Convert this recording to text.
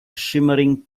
shimmering